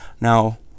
now